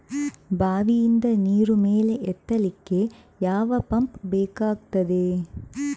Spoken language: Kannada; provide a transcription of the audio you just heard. ಬಾವಿಯಿಂದ ನೀರು ಮೇಲೆ ಎತ್ತಲಿಕ್ಕೆ ಯಾವ ಪಂಪ್ ಬೇಕಗ್ತಾದೆ?